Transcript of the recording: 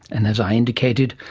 and, as i indicated,